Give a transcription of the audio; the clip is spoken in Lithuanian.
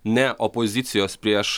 ne opozicijos prieš